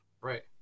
Right